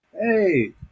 Hey